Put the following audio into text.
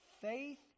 faith